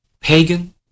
pagan